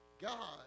God